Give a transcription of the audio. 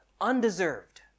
undeserved